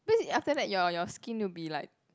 after that your your skin will be like